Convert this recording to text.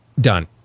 Done